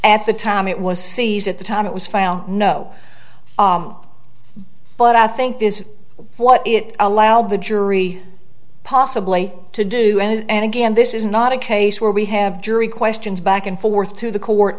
at the time it was seized at the time it was found no but i think this is what it allowed the jury possibly to do and again this is not a case where we have jury questions back and forth to the court